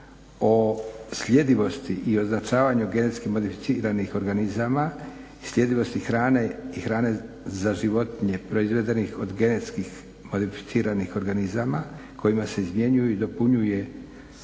o sljedivosti i označavanju genetski modificiranih organizama i sljedivosti hrane i hrane za životinje proizvedenih od genetskih modificiranih organizama kojima se izmjenjuje i dopunjuje Direktiva